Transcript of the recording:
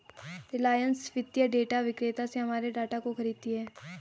रिलायंस वित्तीय डेटा विक्रेता से हमारे डाटा को खरीदती है